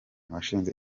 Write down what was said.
washinze